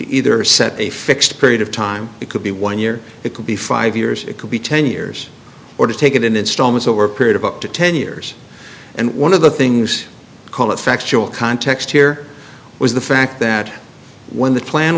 either set a fixed period of time it could be one year it could be five years it could be ten years or to take it in installments over a period of up to ten years and one of the things called the factual context here was the fact that when the plan